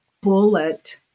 bullet